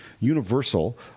universal